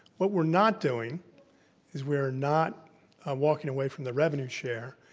what we're not doing is we are not walking away from the revenue share,